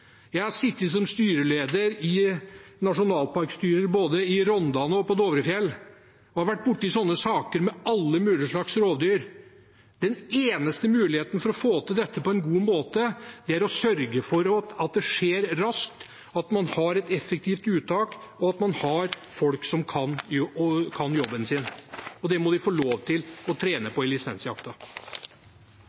Jeg har sittet som styreleder i nasjonalparkstyret både i Rondane og på Dovrefjell og vært borti sånne saker med alle mulige slags rovdyr. Den eneste muligheten for å få til dette på en god måte er å sørge for at det skjer raskt, at man har et effektivt uttak, og at man har folk som kan jobben sin. Det må de få lov til å trene på i lisensjakta.